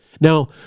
now